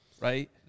right